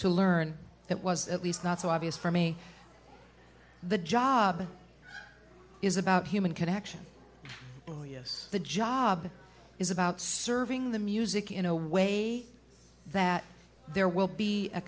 to learn that was at least not so obvious for me the job is about human connection the job is about serving the music in a way that there will be a